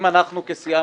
אם אנחנו כסיעה,